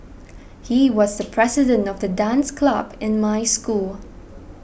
he was the president of the dance club in my school